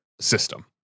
system